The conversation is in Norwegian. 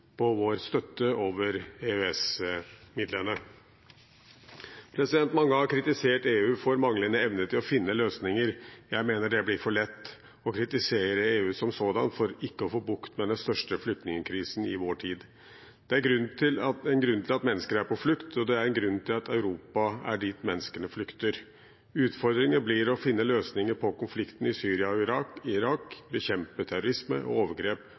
på vår støtte over EØS-midlene. Mange har kritisert EU for manglende evne til å finne løsninger. Jeg mener det blir for lett å kritisere EU som sådan for ikke å få bukt med den største flyktningkrisen i vår tid. Det er en grunn til at mennesker er på flukt, og det er en grunn til at Europa er dit menneskene flykter. Utfordringen blir å finne løsninger på konflikten i Syria og Irak og å bekjempe terrorisme og overgrep